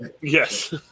Yes